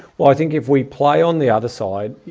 well, i think if we play on the other side,